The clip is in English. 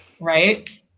Right